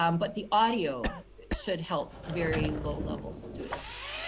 um but the audio should help very low-level students.